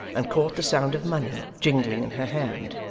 and caught the sound of money, jingling in her hand.